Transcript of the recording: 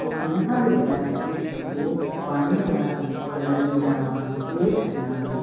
पोइ इनखां बि वॾा थियासीं त पोइ पाणीअ वारा कलर ईंदा हुआ उहे ठाहींदा हुआसीं